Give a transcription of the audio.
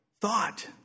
thought